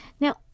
Now